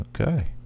Okay